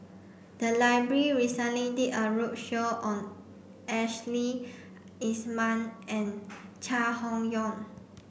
the recently did a roadshow on Ashley Isham and Chai Hon Yoong